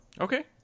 Okay